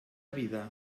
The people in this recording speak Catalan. vida